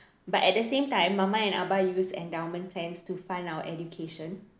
but at the same time mama and abah use endowment plans to fund our education